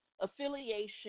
affiliation